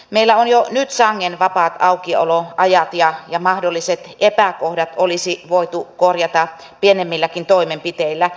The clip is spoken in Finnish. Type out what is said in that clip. meillä on jo nyt sangen vapaat aukioloajat ja mahdolliset epäkohdat olisi voitu korjata pienemmilläkin toimenpiteillä